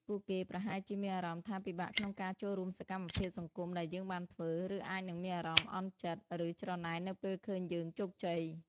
ពួកគេប្រហែលជាមានអារម្មណ៍ថាពិបាកក្នុងការចូលរួមសកម្មភាពសង្គមដែលយើងបានធ្វើ ឬអាចនឹងមានអារម្មណ៍អន់ចិត្ត ឬច្រណែននៅពេលឃើញយើងជោគជ័យ។